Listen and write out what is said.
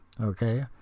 Okay